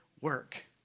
work